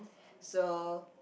so